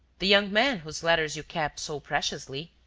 the young man whose letters you kept so preciously.